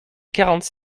quarante